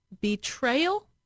betrayal